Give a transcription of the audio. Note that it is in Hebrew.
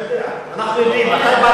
אתה יודע, אנחנו יודעים.